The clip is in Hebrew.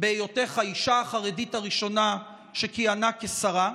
בהיותך האישה החרדית הראשונה שכיהנה כשרה,